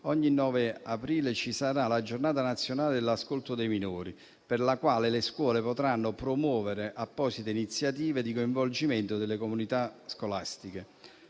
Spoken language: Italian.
ogni 9 aprile ci sarà la Giornata nazionale dell'ascolto dei minori, per la quale le scuole potranno promuovere apposite iniziative di coinvolgimento delle comunità scolastiche.